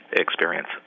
experience